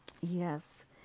Yes